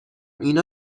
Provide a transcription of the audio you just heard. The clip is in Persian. اینا